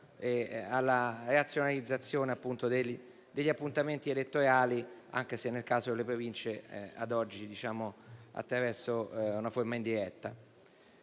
e alla razionalizzazione degli appuntamenti elettorali, anche se nel caso delle Province, ad oggi, attraverso una forma indiretta.